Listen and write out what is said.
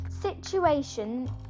situation